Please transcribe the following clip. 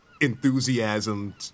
enthusiasm